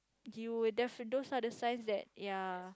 you will defi~ those are the size that ya